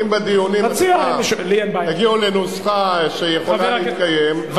אם בדיונים תגיעו לנוסחה שיכולה להתקיים,